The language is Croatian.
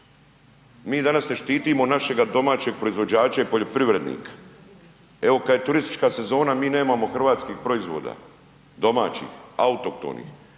Mi danas ne štitimo našega domaćeg proizvođača i poljoprivrednika. Evo kad je turistička sezona mi nemamo hrvatskih proizvoda, domaćih, a autohtonih